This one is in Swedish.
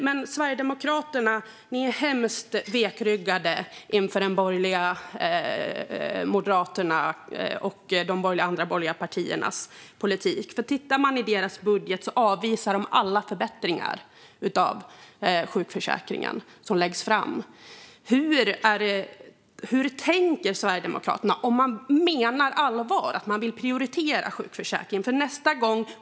Men ni i Sverigedemokraterna är hemskt vekryggade inför Moderaternas och de andra borgerliga partiernas politik. Om man tittar i deras budget ser man att de avvisar alla förslag till förbättringar av sjukförsäkringen som läggs fram. Hur tänker ni i Sverigedemokraterna om ni menar allvar med att ni vill prioritera sjukförsäkringen?